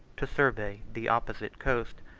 to survey the opposite coast,